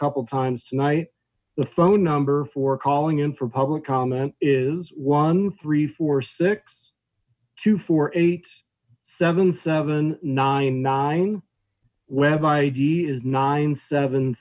couple of times tonight the phone number for calling in for public comment is one three four six two four eight seven seven nine nine whereby d is nine seven